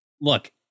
look